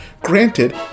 Granted